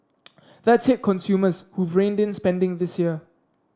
that's hit consumers who've reined in spending this year